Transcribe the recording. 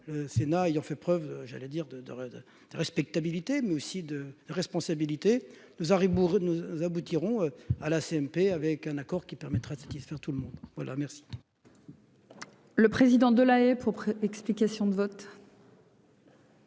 Sénat ayant fait preuve, j'allais dire de de de respectabilité, mais aussi de responsabilité nous arrive bourré nous aboutirons à la CMP, avec un accord qui permettra de satisfaire tout le monde, voilà merci.